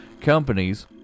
companies